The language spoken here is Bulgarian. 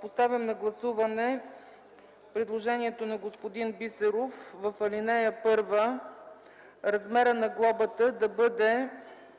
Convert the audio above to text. Поставям на гласуване предложението на господин Бисеров – в ал. 1 размерът на глобата да бъде